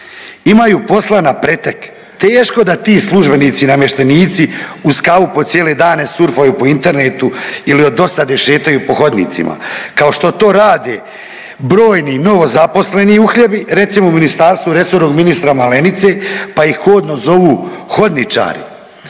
imaju posla na pretek, teško da ti službenici i namještenici uz kavu po cijele dane surfaju po internetu ili od dosade šetaju po hodnicima kao što to rade brojni novozaposleni uhljebi recimo u ministarstvu resornog ministra Malenice pa ih kodno zovu hodničari.